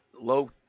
low